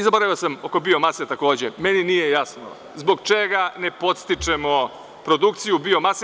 zaboravio sam oko biomase takođe, meni nije jasno zbog čega ne podstičemo produkciju biomase.